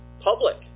public